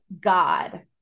God